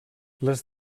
les